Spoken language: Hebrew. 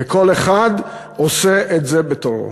וכל אחד עושה את זה בתורו.